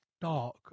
Dark